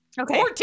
okay